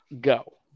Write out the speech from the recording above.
Go